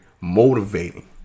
motivating